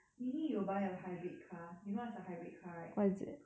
meaning you will buy a hybrid car you know what's a hybrid car right